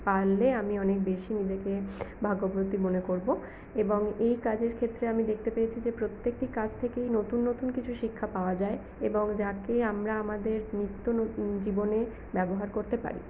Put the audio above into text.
পারলে আমি অনেক বেশী নিজেকে ভাগ্যবতী মনে করব এবং এই কাজের ক্ষেত্রে আমি দেখতে পেয়েছি যে প্রত্যেকটি কাজ থেকেই নতুন নতুন কিছু শিক্ষা পাওয়া যায় এবং যাকে আমরা আমাদের নিত্য জীবনে ব্যবহার করতে পারি